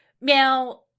now